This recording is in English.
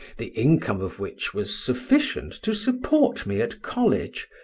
the income of which was sufficient to support me at college,